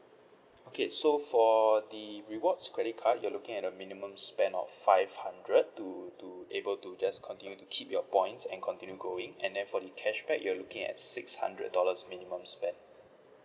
okay so for the rewards credit card you're looking at a minimum spend of five hundred to to able to just continue to keep your points and continue going and then for the cashback you're looking at six hundred dollars minimum spend